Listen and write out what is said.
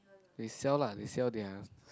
they sell lah they sell their